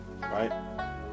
Right